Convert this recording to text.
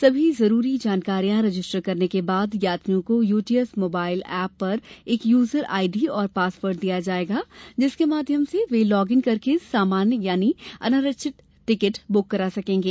सभी जरूरी जानकारियां रजिस्टर करने के बाद यात्रियों को यूटीएस मोबाइल एप पर एक यूज़र आईडी और पासवर्ड दिया जाएगा जिसके माध्यम से वे लॉग इन करके सामान्य टिकट बुक करा सकेंगे